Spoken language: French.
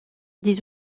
des